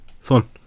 Fun